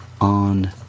on